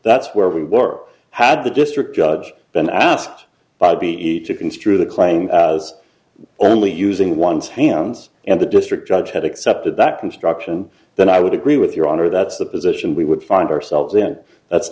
that's where we work had the district judge been asked by b each to construe the claim as only using one's hands and the district judge had accepted that instruction then i would agree with your honor that's the position we would find ourselves in that's